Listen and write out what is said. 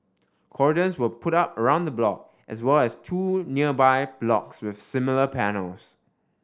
Cordons were put up around the block as well as two nearby blocks with similar panels